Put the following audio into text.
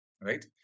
Right